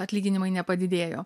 atlyginimai nepadidėjo